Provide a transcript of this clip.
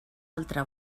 altre